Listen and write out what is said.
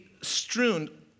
strewn